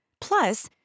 Plus